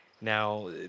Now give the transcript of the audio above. Now